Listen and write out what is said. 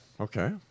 Okay